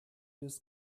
des